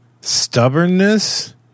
stubbornness